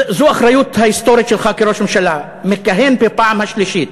זו האחריות ההיסטורית שלך כראש ממשלה מכהן בפעם השלישית,